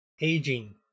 aging